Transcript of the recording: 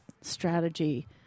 strategy